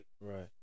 right